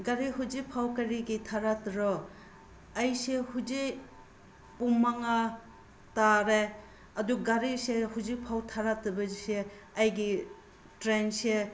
ꯒꯥꯔꯤ ꯍꯧꯖꯤꯛꯐꯥꯎ ꯀꯔꯤꯒꯤ ꯊꯥꯔꯛꯇ꯭ꯔꯣ ꯑꯩꯁꯦ ꯍꯧꯖꯤꯛ ꯄꯨꯡ ꯃꯉꯥ ꯇꯥꯔꯦ ꯑꯗꯨ ꯒꯥꯔꯤꯁꯦ ꯍꯧꯖꯤꯛꯐꯥꯎ ꯊꯥꯔꯛꯇꯕꯁꯦ ꯑꯩꯒꯤ ꯇ꯭ꯔꯦꯟꯁꯦ